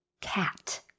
cat